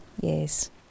Yes